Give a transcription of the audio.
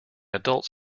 adults